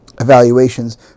evaluations